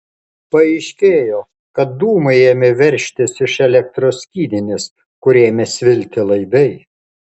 paaiškėjo kad dūmai ėmė veržtis iš elektros skydinės kur ėmė svilti laidai